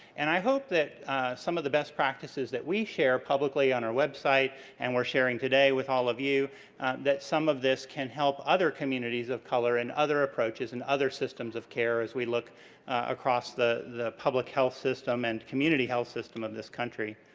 and i hope that some of the best practices that we share publicly on our website and we're sharing today with all of you that some of this can help other communities of color, and other approaches and other systems of care as we look across the the public health system and community health system of this country.